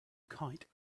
kite